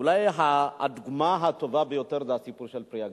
אולי הדוגמה הטובה ביותר זה הסיפור של "פרי הגליל".